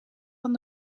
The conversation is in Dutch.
van